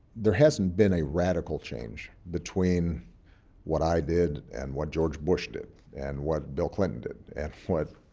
there hasn't been a radical change between what i did and what george bush did and what bill clinton did and what